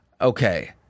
Okay